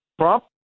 Trump